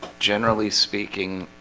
generally speaking